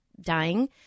dying